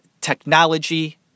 technology